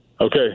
Okay